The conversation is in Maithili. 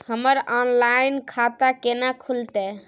हमर ऑनलाइन खाता केना खुलते?